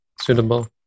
suitable